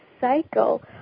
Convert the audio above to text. cycle